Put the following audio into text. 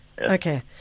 Okay